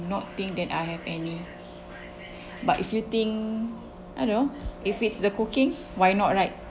not think that I have any but if you think I don't know if it's the cooking why not right